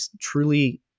truly